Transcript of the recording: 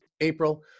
April